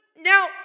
now